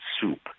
soup